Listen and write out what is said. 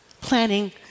Planning